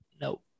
No